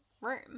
room